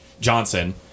Johnson